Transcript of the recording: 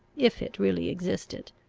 if it really existed.